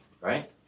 right